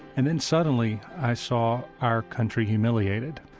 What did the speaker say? and then suddenly i saw our country humiliated.